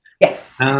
Yes